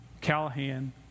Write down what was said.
Callahan